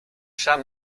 chat